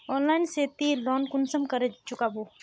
Online से ती loan कुंसम करे चुकाबो?